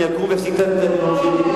אני אקום ואפסיק את הנאום שלי,